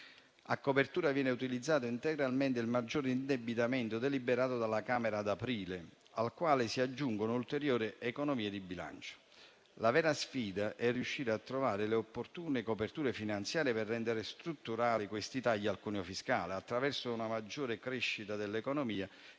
A copertura viene utilizzato integralmente il maggior indebitamento deliberato dalla Camera ad aprile, al quale si aggiungono ulteriori economie di bilancio. La vera sfida è riuscire a trovare le opportune coperture finanziarie per rendere strutturali questi tagli al cuneo fiscale attraverso una maggiore crescita dell'economia